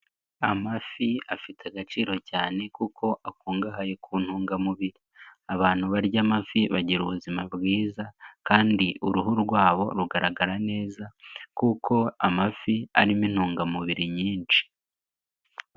Amafi afite agaciro cyane kuko akungahaye ku ntungamubiri. Abantu barya amafi bagira ubuzima bwiza kandi uruhu rwabo rugaragara neza kuko amafi arimo intungamubiri nyinshi.